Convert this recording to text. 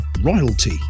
royalty